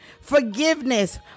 forgiveness